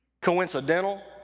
coincidental